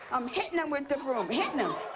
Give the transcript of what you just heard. i'm hittin' him with the broom, hittin' him.